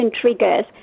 triggers